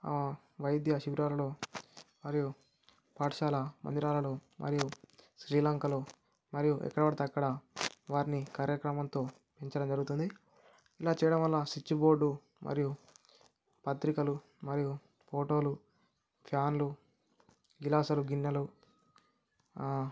వైద్య శిబిరాలలో మరియు పాఠశాల మందిరాలలో మరియు శ్రీలంకలో మరియు ఎక్కడ పడితే అక్కడ వారిని కార్యక్రమంతో నిర్వహించడం జరుగుతుంది ఇలా చేయడం వల్ల స్విచ్ బోర్డు మరియు పత్రికలు మరియు ఫోటోలు ఫ్యాన్లు గిలాసులు గిన్నెలు